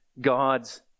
God's